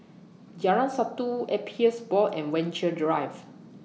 Jalan Satu Appeals Board and Venture Drive